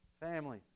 family